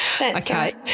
okay